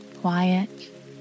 quiet